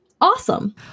awesome